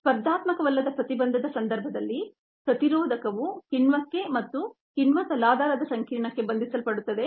ಸ್ಪರ್ಧಾತ್ಮಕವಲ್ಲದ ಪ್ರತಿಬಂಧದ ಸಂದರ್ಭದಲ್ಲಿ ಪ್ರತಿರೋಧಕವು ಕಿಣ್ವಕ್ಕೆ ಮತ್ತು ಕಿಣ್ವ ತಲಾಧಾರದ ಸಂಕೀರ್ಣಕ್ಕೆ ಬಂಧಿಸಲ್ಪಡುತ್ತದೆ